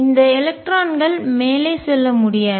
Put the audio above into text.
இந்த எலக்ட்ரான் மேலே செல்ல முடியாது